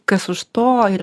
kas už to ir